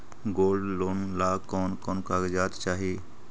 Gold loan ला कौन कौन कागजात चाही?